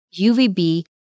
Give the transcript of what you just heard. UVB